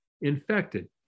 infected